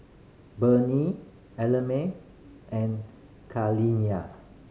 Ellamae and Kaliyah